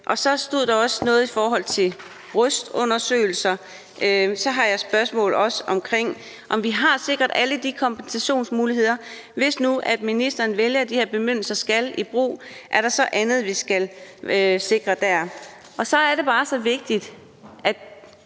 Og så står der også noget om brystundersøgelser. Så har jeg også et spørgsmål om, om vi har sikret alle de kompensationsmuligheder: Hvis nu ministeren vælger, at de her bemyndigelser skal i brug, er der så andet, man skal sikre der? Det er bare så vigtigt